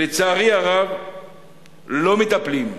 לצערי הרב לא מטפלים.